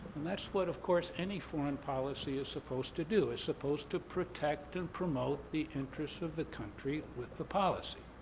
and that's what, of course, any foreign policy is supposed to do. it's supposed to protect and promote the interests of the country with the policy.